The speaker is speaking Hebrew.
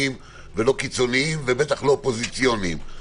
ולא קיצוניים ובטח לא אופוזיציוניים.